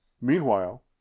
Meanwhile